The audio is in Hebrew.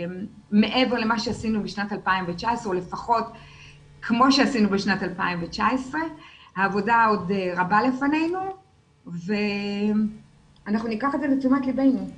מעבר למה שעשינו בשנת 2019 או לפחות כמו שעשינו בשנת 2019. העבודה עוד רבה לפנינו ואנחנו ניקח את זה לתשומת ליבנו.